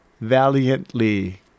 valiantly